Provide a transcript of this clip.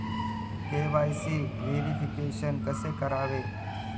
KYC verification कसे करावे?